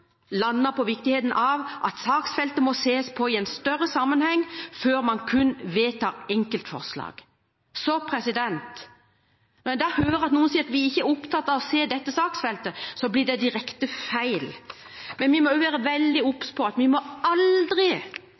landet på viktigheten av at saksfeltet må ses på i en større sammenheng, før man kun vedtar enkeltforslag. Så når jeg hører at noen sier at vi ikke er opptatt av å se dette saksfeltet, blir det direkte feil. Men vi må jo være veldig obs på at vi